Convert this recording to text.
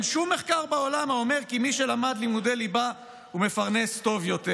אין שום מחקר בעולם האומר כי מי שלמד לימודי ליבה הוא מפרנס טוב יותר,